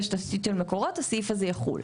תשתית של ׳מקורות׳ אז הסעיף הזה יחול.